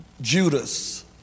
Judas